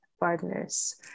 partners